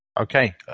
Okay